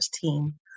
team